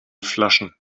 flaschen